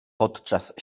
podczas